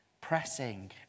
pressing